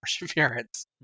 perseverance